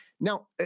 Now